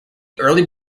early